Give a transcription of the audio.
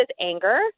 anger